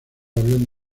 avión